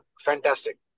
Fantastic